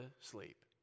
sleep